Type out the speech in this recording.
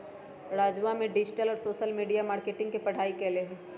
राजवा ने डिजिटल और सोशल मीडिया मार्केटिंग के पढ़ाई कईले है